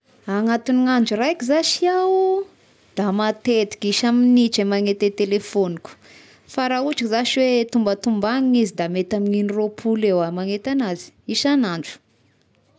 Anatin'gny andro raiky zashy iaho da matetiky, isa-minitry magnety a telefogniko fa raha ohatra zashy hoe tombatombagnan'izy da mety amin'igny roapolo eo aho magnety anazy isan'andro.